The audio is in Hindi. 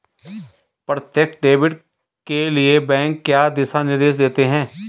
प्रत्यक्ष डेबिट के लिए बैंक क्या दिशा निर्देश देते हैं?